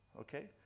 Okay